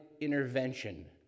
intervention